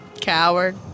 Coward